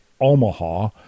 Omaha